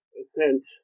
ascent